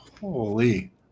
Holy